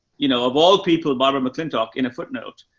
you know, of all people, barbara mcclintock in a footnote.